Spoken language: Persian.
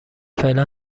فعلا